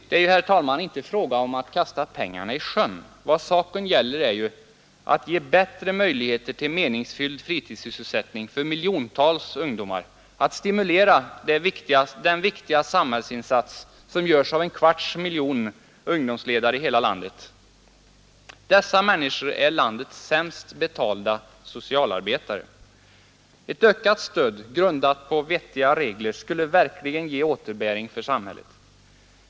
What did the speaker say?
Det är, herr talman, inte fråga om att kasta pengarna i sjön. Vad saken gäller är att ge bättre möjligheter till meningsfylld fritidssysselsättning för miljontals ungdomar, att stimulera den viktiga samhällsinsats som görs av en kvarts miljon ungdomsledare i landet. Dessa människor är landets sämst betalda socialarbetare. Ett ökat stöd, grundat på vettiga regler, skulle verkligen ge återbäring till samhället.